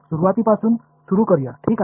முதலில் செயின் ரூலிருந்து துவங்குவோம்